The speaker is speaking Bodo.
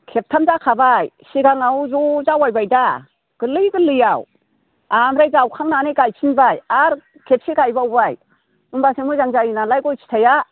खेबथाम जाखाबाय सिगाङाव ज' जावयैबाय दा गोरलै गोरलैआव आमफ्राय जावखांनानै गायफिनबाय आरो खेबसे गायबावबाय होमब्लासो मोजां जायो नालाय फिथाइआ